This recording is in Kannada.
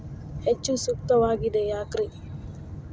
ಹೆಚ್ಚು ಸೂಕ್ತವಾಗಿದೆ ಯಾಕ್ರಿ?